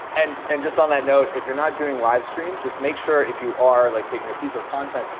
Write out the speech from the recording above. and and just, on that note, if you're not doing live stream, just make sure if you are, like taking a piece of content,